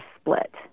split